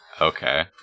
Okay